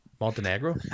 Montenegro